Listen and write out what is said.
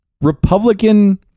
Republican